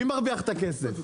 מי מרוויח את הכסף?